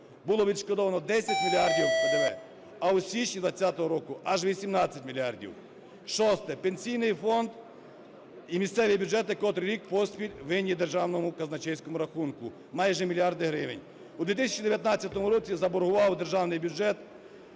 було відшкодовано 10 мільярдів ПДВ, а у січні 2020 року – аж 18 мільярдів. Шосте. Пенсійний фонд і місцеві бюджети котрий рік поспіль винні Державному казначейському рахунку майже мільярд гривень, у 2019 році заборгував державний бюджет,